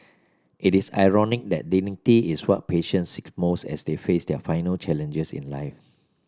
it is ironic that dignity is what patients seek most as they face their final challenges in life